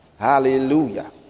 Hallelujah